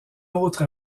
autre